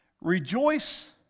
Rejoice